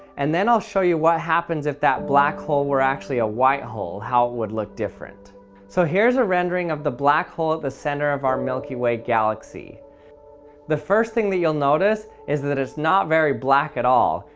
and then i'll show you what happens if that black hole were actually a white hole how would look different so here's a rendering of the black hole at the centre of our milky way galaxy the first thing that you'll notice is that it is not very black at all.